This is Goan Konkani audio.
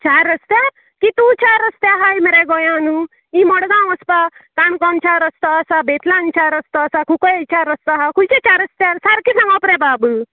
चार रस्त्यार कितू चार रस्ते हाय मरे गोंयानू ही मोडगांव वोसपा काणकोण चार रस्तो आसा बेतलान चार रस्तो आसा कुंकळ्ळे चार रस्तो आहा खुंयचे चार रस्ते सारकें सांगोप रे बाब